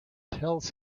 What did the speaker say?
tells